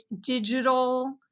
digital